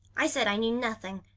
i said i knew nothing.